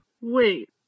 Wait